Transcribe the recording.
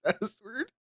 password